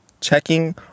checking